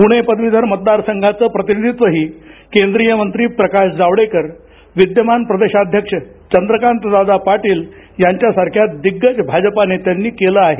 पुणे पदवीधर मतदारसंघाचं प्रतिनिधित्वही केंद्रीय मंत्री प्रकाश जावडेकर विद्यमान प्रदेशाध्यक्ष चंद्रकांतदादा पाटील यांच्यासारख्या दिग्गज भाजपा नेत्यांनी केलं आहे